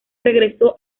regresó